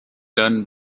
done